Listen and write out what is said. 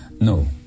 no